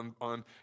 on